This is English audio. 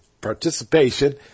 participation